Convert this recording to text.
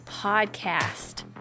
podcast